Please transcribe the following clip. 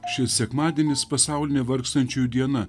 šis sekmadienis pasaulinė vargstančiųjų diena